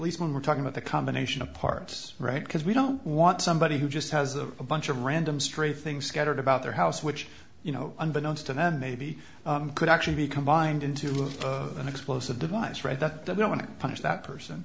least when we're talking about the combination of parts right because we don't want somebody who just has a bunch of random stray things scattered about their house which you know unbeknownst to them maybe could actually be combined into an explosive device right that they're going to punish that person